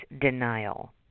denial